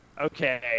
Okay